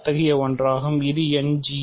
அத்தகைய ஒன்றாகும் இது ஒரு End